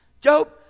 Job